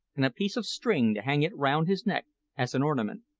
and a piece of string to hang it round his neck as an ornament.